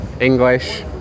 English